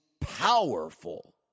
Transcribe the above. powerful